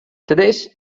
três